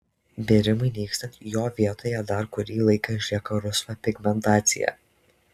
bėrimui nykstant jo vietoje dar kurį laiką išlieka rusva pigmentacija